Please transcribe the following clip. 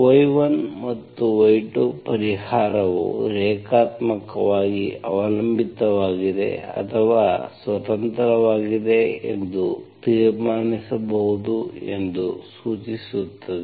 y1 ಮತ್ತು y2 ಪರಿಹಾರವು ರೇಖಾತ್ಮಕವಾಗಿ ಅವಲಂಬಿತವಾಗಿದೆ ಅಥವಾ ಸ್ವತಂತ್ರವಾಗಿದೆ ಎಂದು ತೀರ್ಮಾನಿಸಬಹುದು ಎಂದು ಸೂಚಿಸುತ್ತದೆ